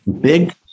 big